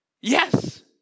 yes